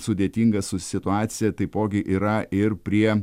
sudėtinga su situacija taipogi yra ir prie